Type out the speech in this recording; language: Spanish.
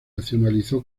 nacionalizó